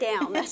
down